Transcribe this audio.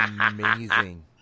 amazing